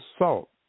assault